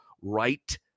right